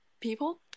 people